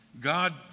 God